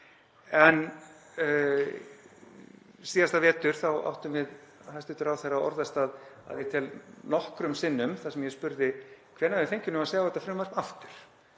En síðasta vetur áttum við hæstv. ráðherra orðastað, að ég tel nokkrum sinnum, þar sem ég spurði hvenær við fengjum að sjá þetta frumvarp aftur